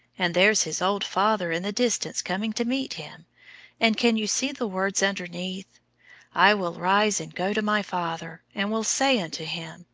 and there's his old father in the distance coming to meet him and can you see the words underneath i will arise and go to my father, and will say unto him,